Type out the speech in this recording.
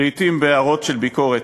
ולעתים בהערות של ביקורת.